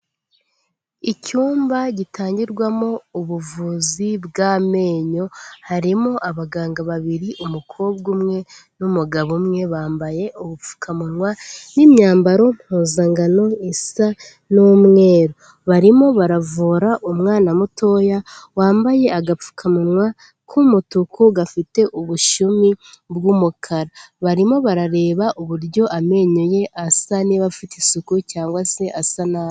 Icyumba gitangirwamo ubuvuzi bw'amenyo harimo abaganga babiri umukobwa umwe n'umugabo umwe bambaye ubupfukamuwa n'imyambaro mpuzangano isa n'umweru barimo baravura umwana mutoya wambaye agapfukamunwa k'umutuku gafite ubushumi bw'umukara barimo barareba uburyo amenyo ye asa niba afite isuku cyangwa se asa nabi.